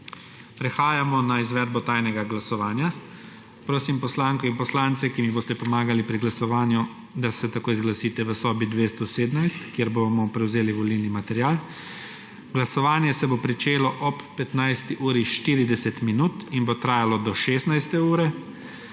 Prehajamo na izvedbo tajnega glasovanja. Prosim poslanko in poslance, ki mi boste pomagali pri glasovanju, da se takoj zglasite v sobi 217, kjer bomo prevzeli volilni material. Glasovanje se bo začelo ob 15. uri 40 minut in bo trajalo do 16.